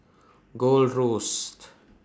Gold Roast